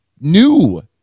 new